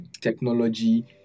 technology